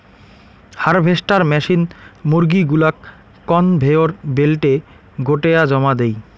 harvester machine মুরগী গুলাক conveyor বেল্টে গোটেয়া জমা দেই